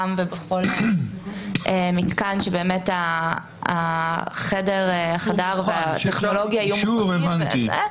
ובכל מתקן שהחדר והטכנולוגיה יהיו --- "אישור" הבנתי.